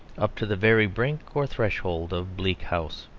up to the very brink or threshold of bleak house.